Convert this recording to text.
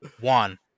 One